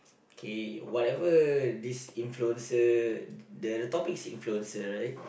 okay whatever this influences the topic is influencer right